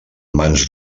mans